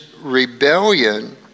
rebellion